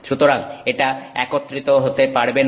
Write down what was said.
সুতরাং এটা একত্রিত হতে পারবে না